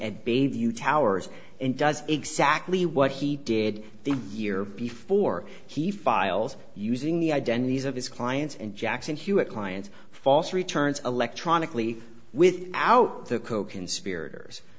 view towers and does exactly what he did the year before he files using the identities of his clients and jackson hewitt clients false returns electronically with out the